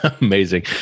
Amazing